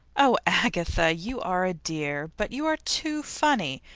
oh, agatha, you are a dear, but you are too funny!